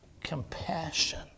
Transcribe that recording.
Compassion